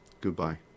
Goodbye